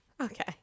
Okay